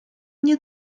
nie